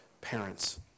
parents